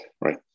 right